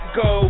go